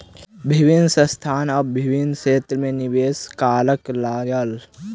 विभिन्न संस्थान आब विभिन्न क्षेत्र में निवेश करअ लागल